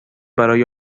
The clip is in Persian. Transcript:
برای